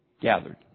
gathered